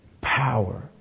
power